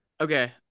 Okay